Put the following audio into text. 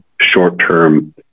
short-term